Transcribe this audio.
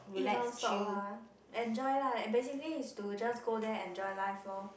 eat non stop ah enjoy lah basically is to just go there enjoy life lor